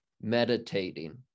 meditating